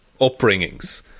upbringings